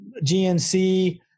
GNC